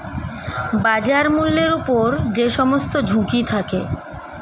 বাজার মূল্যের উপর যে সমস্ত ঝুঁকি থাকে